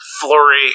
Flurry